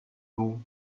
vous